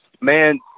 Man